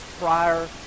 prior